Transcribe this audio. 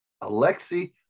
Alexei